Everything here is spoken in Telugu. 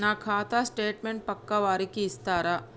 నా ఖాతా స్టేట్మెంట్ పక్కా వారికి ఇస్తరా?